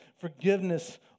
forgiveness